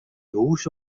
hús